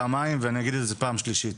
פעמיים ואני אגיד את זה פעם שלישית